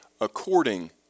according